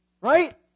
Right